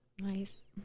nice